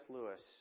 Lewis